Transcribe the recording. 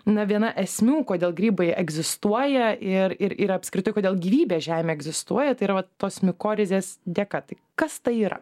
na viena esmių kodėl grybai egzistuoja ir ir apskritai kodėl gyvybė žemėje egzistuoja tai yra vat tos mikorizės dėka tai kas tai yra